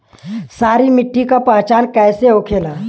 सारी मिट्टी का पहचान कैसे होखेला?